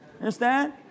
understand